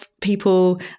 people